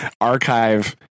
archive